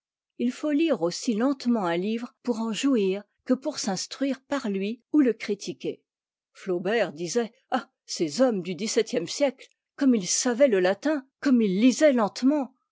il faut lire aussi lentement un livre pour en jouir que pour s'instruire par lui ou le critiquer flaubert disait ah ces hommes du xviie siècle comme ils savaient le latin comme ils lisaient lentement